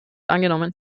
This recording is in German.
angenommen